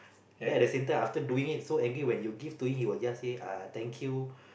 then at the same time after doing it so angry when you give to him he will just say uh thank you